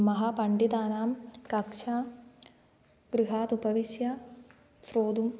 महापण्डितानां कक्षा गृहात् उपविश्य श्रोतुम्